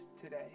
today